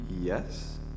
Yes